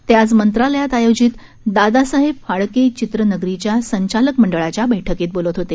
ते आज मंत्रालयात आयोजित दादासाहेब फाळके चित्रनगरीच्या संचालक मंडळाच्या बर्रक्कीत बोलत होते